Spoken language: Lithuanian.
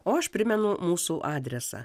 o aš primenu mūsų adresą